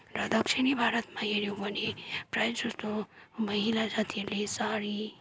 र दक्षिणी भारतमा हेऱ्यौँ भने प्रायः जस्तो महिला जातिहरूले साडी